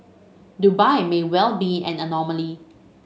Dubai may well be an anomaly